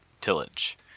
tillage